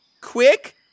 Quick